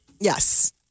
Yes